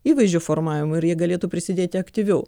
įvaizdžio formavimo ir jie galėtų prisidėti aktyviau